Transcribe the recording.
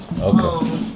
okay